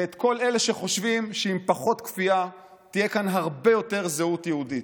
ואת כל אלה שחושבים שעם פחות כפייה תהיה פה הרבה יותר זהות יהודית.